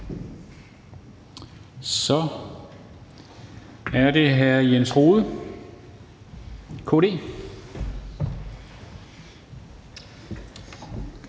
Så er det hr. Jens Rohde, KD.